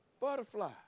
Butterfly